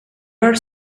are